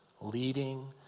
leading